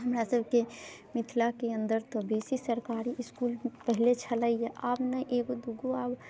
हमरा सबके मिथिलाके अन्दर तऽ बेसी सरकारी इसकुल पहिले छलैये आब ने एगो दूगो आब